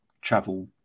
travel